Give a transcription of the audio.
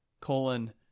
colon